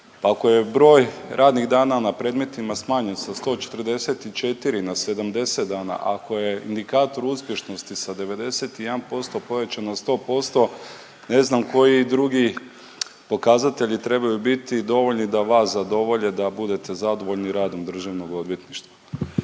Ako je broj radnih dana na predmetima smanjen sa 144 na 70 dana, ako je indikator uspješnosti sa 91% povećan na 100% ne znam koji drugi pokazatelji trebaju biti dovoljni da vas zadovolje da budete zadovoljni radom državnog odvjetništva.